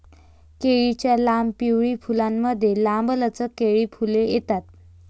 केळीच्या लांब, पिवळी फुलांमुळे, लांबलचक केळी फळे येतात